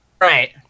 Right